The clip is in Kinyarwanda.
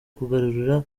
kugarura